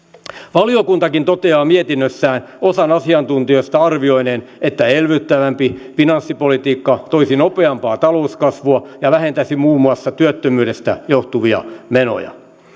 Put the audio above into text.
valiokuntakin toteaa mietinnössään osan asiantuntijoista arvioineen että elvyttävämpi finanssipolitiikka toisi nopeampaa talouskasvua ja vähentäisi muun muassa työttömyydestä johtuvia menoja